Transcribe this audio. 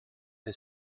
est